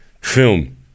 film